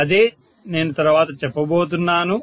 అదే నేను తరువాత చెప్పబోతున్నాను